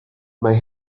mae